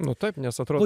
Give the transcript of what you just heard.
nu taip nes atrodo